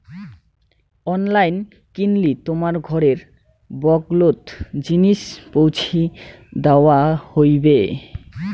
online কিনলি তোমার ঘরের বগলোত জিনিস পৌঁছি দ্যাওয়া হইবে